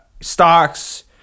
stocks